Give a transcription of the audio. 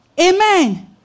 Amen